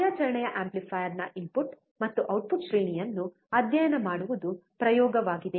ಕಾರ್ಯಾಚರಣೆಯ ಆಂಪ್ಲಿಫೈಯರ್ನ ಇನ್ಪುಟ್ ಮತ್ತು ಔಟ್ಪುಟ್ ಶ್ರೇಣಿಯನ್ನು ಅಧ್ಯಯನ ಮಾಡುವುದು ಪ್ರಯೋಗವಾಗಿದೆ